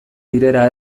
direla